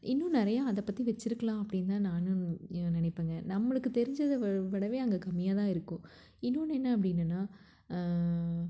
இன்னும் நிறையா அதை பற்றி வச்சிருக்கலாம் அப்படின்னு தான் நானும் நினைப்பேங்க நம்மளுக்கு தெரிஞ்சதை வி விடவே அங்கே கம்மியாக தான் இருக்கும் இன்னொன்று என்ன அப்படின்னுனா